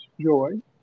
joy